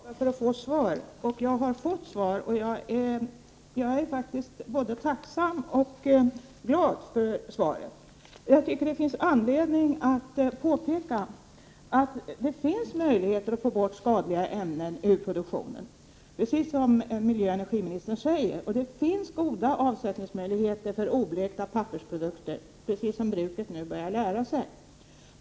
Herr talman! Man ställer en fråga för att få ett svar. Jag har fått svar, och jag är faktiskt både tacksam och glad för svaret. Jag tycker att det finns anledning att påpeka att det finns möjligheter att få bort skadliga ämnen ur produktionen, precis som miljöoch energiministern säger. Och det finns goda avsättningsmöjligheter för oblekta pappersprodukter, vilket bruket nu börjar lära sig.